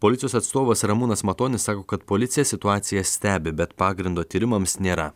policijos atstovas ramūnas matonis sako kad policija situaciją stebi bet pagrindo tyrimams nėra